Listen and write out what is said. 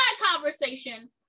conversation